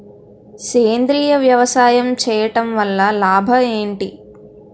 సేంద్రీయ వ్యవసాయం చేయటం వల్ల లాభాలు ఏంటి?